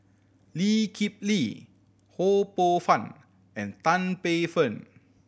Lee Kip Lee Ho Poh Fun and Tan Paey Fern